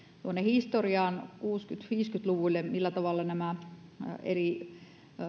tuonne historiaan kuusikymmentä viiva viisikymmentä luvulle ja siihen millä tavalla eri